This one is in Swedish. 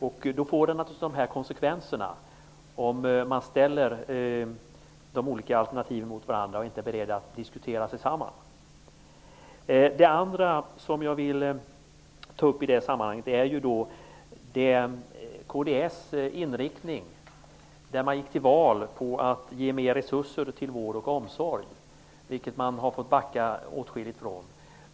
Det leder naturligtvis till dessa konsekvenser när alternativen ställs mot varandra och det inte sker en gemensam diskussion. Vidare vill jag ta upp kds inriktning. Kds gick till val på att ge mer resurser till vård och omsorg. Det har kds fått backa tillbaka från.